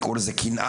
תקראו לזה קנאה,